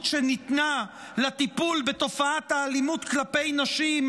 שניתנה לטיפול בתופעת האלימות כלפי נשים,